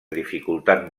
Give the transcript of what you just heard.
dificultat